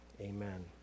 Amen